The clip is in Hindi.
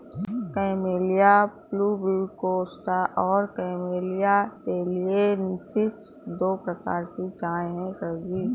कैमेलिया प्यूबिकोस्टा और कैमेलिया टैलिएन्सिस दो प्रकार की चाय है सर जी